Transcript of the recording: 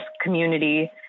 community